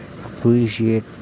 appreciate